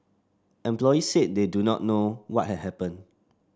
employees said they do not know what had happened